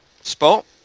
spot